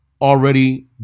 already